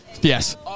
Yes